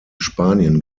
spanien